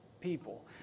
people